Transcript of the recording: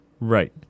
Right